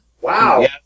Wow